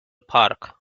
park